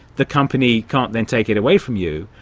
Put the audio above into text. the company can't then take it away from you,